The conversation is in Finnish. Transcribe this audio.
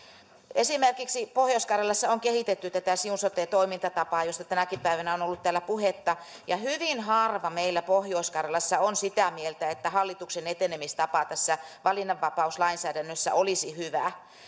esimerkiksi pohjois karjalassa on kehitetty tätä siun sote toimintatapaa josta tänäkin päivänä on ollut täällä puhetta ja hyvin harva meillä pohjois karjalassa on sitä mieltä että hallituksen etenemistapa tässä valinnanvapauslainsäädännössä olisi hyvä